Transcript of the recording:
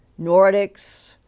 Nordics